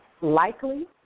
likely